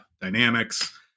dynamics